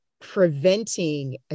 preventing